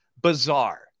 Bizarre